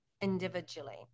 individually